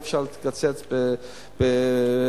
אי-אפשר לקצץ בבתי-חולים,